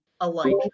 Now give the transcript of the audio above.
alike